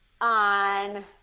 on